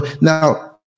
Now